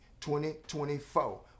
2024